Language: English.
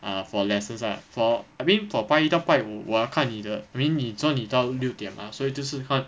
ah for lessons ah for I mean for 拜一到拜五我要看你的 I mean 你说到六点嘛所以就是看